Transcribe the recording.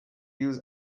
use